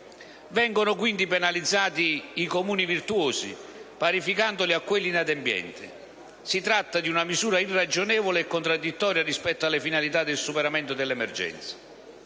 Vengono, quindi, penalizzati Comuni virtuosi, parificandoli a quelli inadempienti. Si tratta di una misura irragionevole e contraddittoria rispetto alle finalità del superamento dell'emergenza.